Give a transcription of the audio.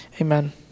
Amen